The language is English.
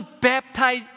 baptize